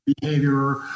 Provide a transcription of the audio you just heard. behavior